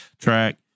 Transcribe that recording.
track